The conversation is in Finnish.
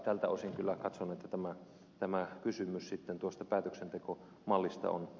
tältä osin kyllä katson että tämä kysymys päätöksentekomallista on aivan selvä